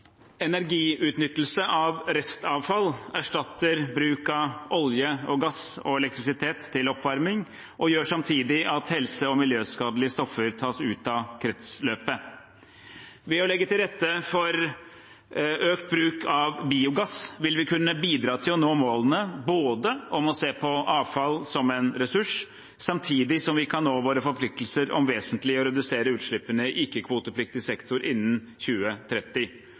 Energiutnyttelse av restavfall erstatter bruk av olje, gass og elektrisitet til oppvarming og gjør samtidig at helse- og miljøskadelige stoffer tas ut av kretsløpet. Ved å legge til rette for økt bruk av biogass vil vi kunne bidra til å nå målet om å se på avfall som en ressurs, samtidig som vi kan nå våre forpliktelser om vesentlig å redusere utslippene i ikke-kvotepliktig sektor innen 2030.